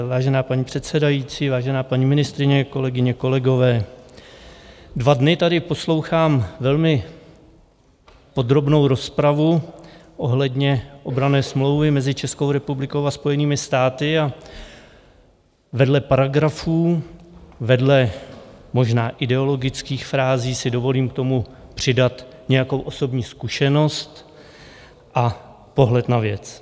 Vážená paní předsedající, vážená paní ministryně, kolegyně, kolegové, dva dny tady poslouchám velmi podrobnou rozpravu ohledně obranné smlouvy mezi Českou republikou a Spojenými státy a vedle paragrafů, vedle možná ideologických frází si dovolím k tomu přidat nějakou osobní zkušenost a pohled na věc.